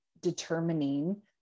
determining